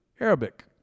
Arabic